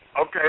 Okay